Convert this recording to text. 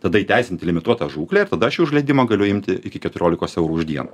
tada įteisinti limituotą žūklę ir tada aš jau už leidimą galiu imti iki keturiolikos eurų už dieną